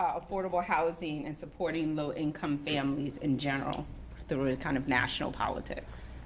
ah affordable housing and supporting low income families in general through kind of national politics.